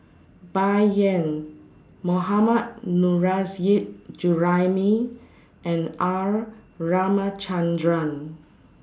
Bai Yan Mohammad Nurrasyid Juraimi and R Ramachandran